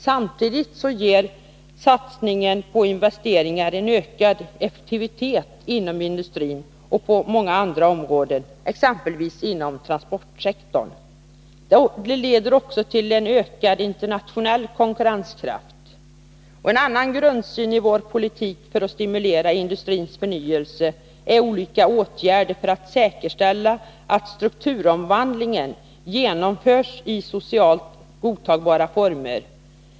Samtidigt ger satsningen på investeringar en ökad effektivitet inom industrin och också på andra områden, exempelvis inom transportsektorn. Det leder också till ökad internationell konkurrenskraft. En annan grundsyn i vår politik för att stimulera industrins förnyelse är olika åtgärder för att säkerställa att strukturomvandlingen genomförs i socialt godtagbara former.